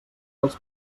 dels